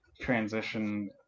transition